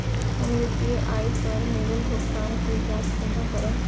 हम यू.पी.आई पर मिलल भुगतान के जाँच केना करब?